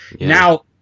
now